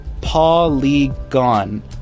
Polygon